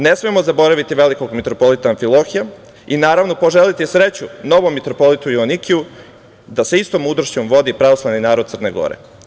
Ne smemo zaboraviti velikog mitropolita Amfilohija i poželeti sreću novom mitropolitu Joanikiju da sa istom mudrošću vodi pravoslavni narod Crne Gore.